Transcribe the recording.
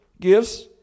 gifts